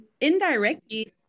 indirectly